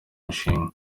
mushinga